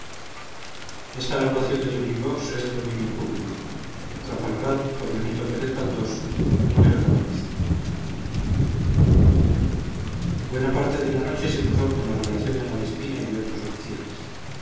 talento buena parte de la noche se pasó con la relación de malespina y de otros oficiales